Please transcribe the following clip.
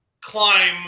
climb